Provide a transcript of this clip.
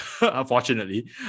unfortunately